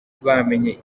bamenye